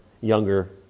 younger